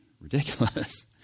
ridiculous